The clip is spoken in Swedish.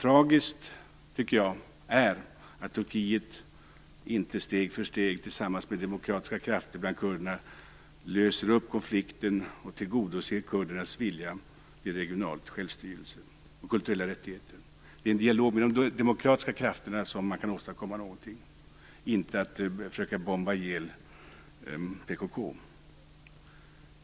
Jag tycker att det är tragiskt att Turkiet inte steg för steg, tillsammans med demokratiska krafter bland kurderna, löser upp konflikten och tillgodoser kurdernas vilja till regionalt självstyre och kulturella rättigheter. Det är i en dialog med de demokratiska krafterna som man kan åstadkomma någonting - inte genom att försöka bomba ihjäl PKK.